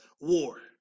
war